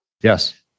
Yes